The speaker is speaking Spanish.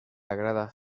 agrada